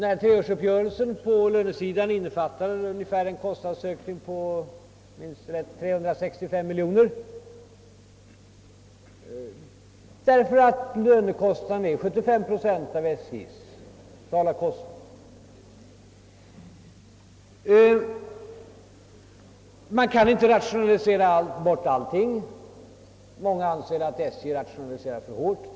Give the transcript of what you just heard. Treårsuppgörelsen på lönesidan innebär en kostnadsökning på 365 miljoner, eftersom lönekostnaden är 75 procent av SJ:s totala kostnader. Man kan inte rationalisera bort allting, många anser ju att SJ redan rationaliserat för hårt.